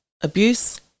abuse